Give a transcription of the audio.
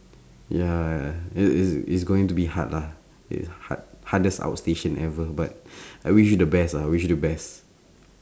ya it it's it's going to be hard lah it's hard hardest outstation ever but I wish the best ah I wish you the best